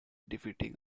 defeating